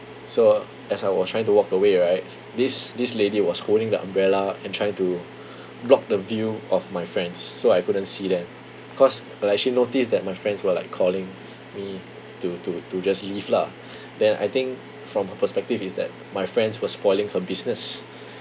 so as I was trying to walk away right this this lady was holding the umbrella and trying to block the view of my friends so I couldn't see them cause like she noticed that my friends were like calling me to to to just leave lah then I think from her perspective is that my friends were spoiling her business